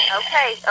okay